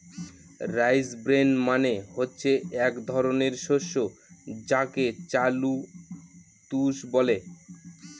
rice bran মানে হচ্ছে এক ধরনের শস্য যাকে চাল তুষ বলে